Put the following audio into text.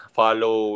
follow